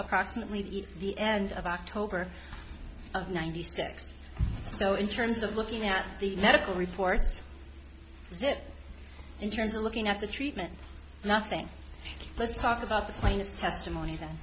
approximately the end of october of ninety six so in terms of looking at the medical reports is it in terms of looking at the treatment and nothing let's talk about this line of testimony that